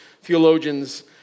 theologians